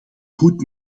goed